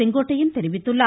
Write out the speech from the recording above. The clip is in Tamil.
செங்கோட்டையன் தெரிவித்துள்ளார்